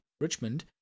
Richmond